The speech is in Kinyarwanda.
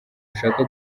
ushaka